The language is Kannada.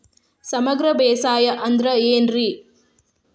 ಸಮಗ್ರ ಬೇಸಾಯ ಅಂದ್ರ ಏನ್ ರೇ?